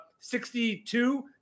62